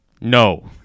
no